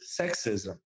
sexism